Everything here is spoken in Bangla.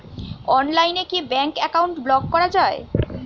অনলাইনে কি ব্যাঙ্ক অ্যাকাউন্ট ব্লক করা য়ায়?